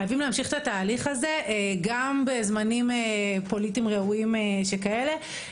חייבים להמשיך את התהליך הזה גם בזמנים פוליטיים רעועים שכאלה.